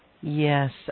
Yes